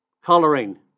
coloring